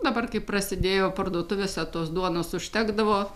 dabar kai prasidėjo parduotuvėse tos duonos užtekdavo